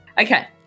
Okay